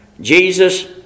Jesus